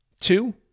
Two